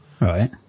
right